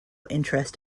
interest